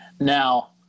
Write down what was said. Now